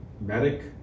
medic